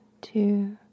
two